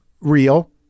real